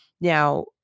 Now